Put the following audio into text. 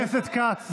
חבר הכנסת כץ.